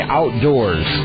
Outdoors